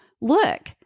look